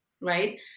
right